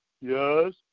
Yes